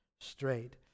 straight